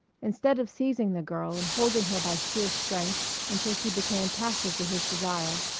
instead of seizing the girl and holding her by sheer strength until she became passive to his desire,